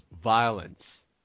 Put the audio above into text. Violence